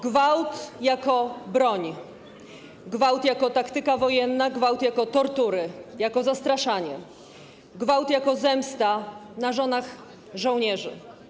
Gwałt jako broń, gwałt jako taktyka wojenna, gwałt jako tortury, jako zastraszanie, gwałt jako zemsta na żonach żołnierzy.